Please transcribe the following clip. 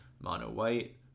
Mono-white